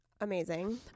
Amazing